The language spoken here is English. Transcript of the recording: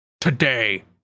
today